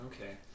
Okay